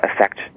affect